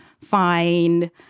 find